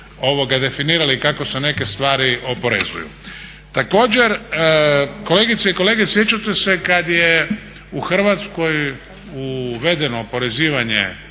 da su definirali kako se neke stvari oporezuju. Također, kolegice i kolege sjećate se kad je u Hrvatskoj uvedeno oporezivanje